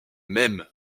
même